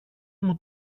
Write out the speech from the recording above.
μου